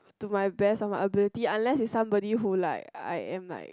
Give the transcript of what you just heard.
to my best of my ability unless is somebody who like I am like